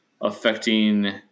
affecting